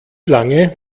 lange